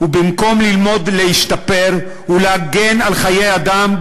ובמקום ללמוד להשתפר ולהגן על חיי אדם,